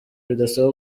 bidasaba